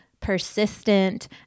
persistent